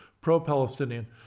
pro-Palestinian